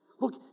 Look